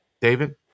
David